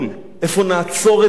איפה נעצור את זה?